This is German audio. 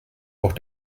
auch